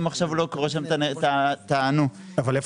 אם עכשיו הוא לא קורא שם את --- אבל איפה